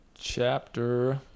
Chapter